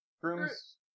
groom's